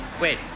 Wait